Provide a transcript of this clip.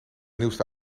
nieuwste